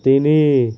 তিনি